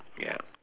ya